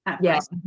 Yes